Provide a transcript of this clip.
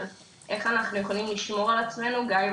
איך אנחנו יכולים לשמור על עצמנו גם אם